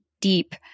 deep